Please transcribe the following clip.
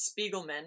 Spiegelman